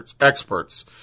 experts